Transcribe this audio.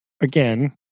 again